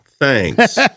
thanks